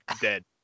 dead